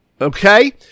Okay